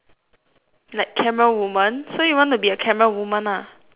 like camera woman so you want to be a camera woman lah